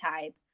type